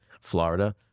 Florida